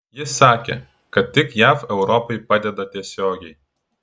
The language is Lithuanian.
jis sakė kad tik jav europai padeda tiesiogiai